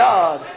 God